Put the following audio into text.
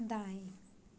दाएँ